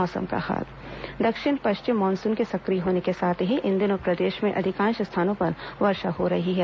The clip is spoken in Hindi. मौसम दक्षिण पश्चिम मानूसन के सक्रिय होने के साथ ही इन दिनों प्रदेश में अधिकांश स्थानों पर वर्षा हो रही है